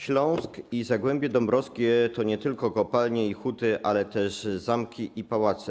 Śląsk i Zagłębie Dąbrowskie to nie tylko kopalnie i huty, ale też zamki i pałace.